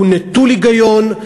הוא נטול היגיון,